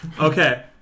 Okay